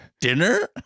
dinner